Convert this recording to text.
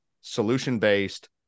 solution-based